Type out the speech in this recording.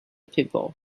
people